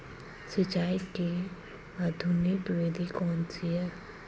सिंचाई की आधुनिक विधि कौनसी हैं?